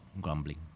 grumbling